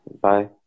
bye